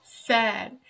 sad